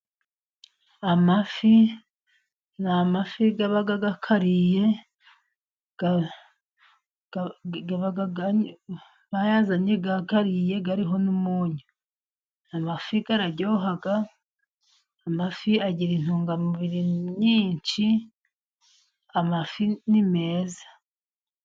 Amafi ni amafi aba akariye, bayazanye akariye ariho n'umunyu. Amafi araryoha, amafi agira intungamubiri nyinshi. Amafi ni meza.